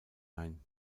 ein